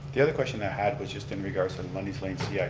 the other question that i had was just in regards to and lundy's lane cip. yeah